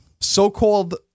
So-called